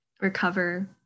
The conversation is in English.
recover